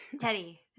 Teddy